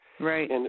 Right